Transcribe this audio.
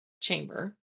chamber